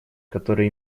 которые